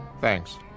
Thanks